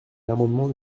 l’amendement